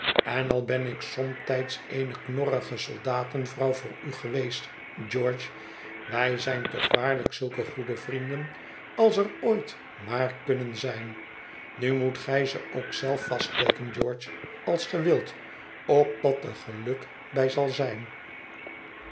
en al ben ik somtijds eene knorrige soldatenvrouw voor u geweest george wij zijn toch waarlijk zulke goede vrienden als er ooit maar kunnen zijn nu moet gij ze ook zelf vaststeken george als ge wilt opdat er geluk bij zal zijn